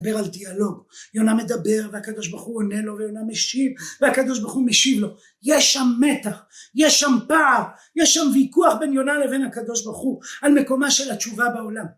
מדבר על דיאלוג, יונה מדבר והקדוש ברוך הוא עונה לו ויונה משיב והקדוש ברוך הוא משיב לו , יש שם מתח, יש שם פער, יש שם ויכוח בין יונה לבין הקדוש ברוך הוא על מקומה של התשובה בעולם